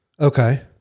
Okay